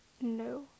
No